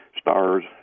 stars